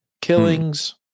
Killings